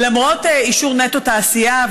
למרות אישור נטו תעשייה,